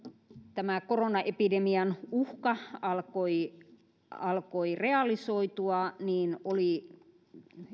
tämä korona epidemian uhka alkoi alkoi realisoitua oli